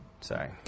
Sorry